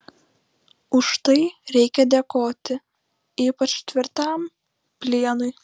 už tai reikia dėkoti ypač tvirtam plienui